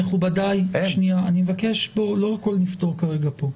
מכובדיי, אני מבקש, לא נפתור כאן את הכול כרגע.